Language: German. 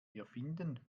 erfinden